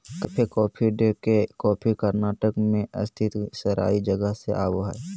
cafe coffee day के coffee Karnataka मे स्थित सेराई जगह से आवो हय